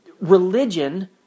religion